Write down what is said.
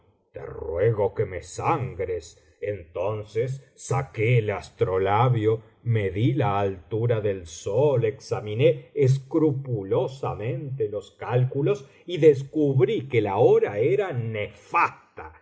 te ruego que me sangres entonces saqué el astrolabio medí la altura del sol examiné escrupulosamente los cálculos y descubrí que la hora era nefasta